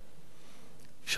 שלוש דקות לרשותך.